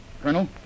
Colonel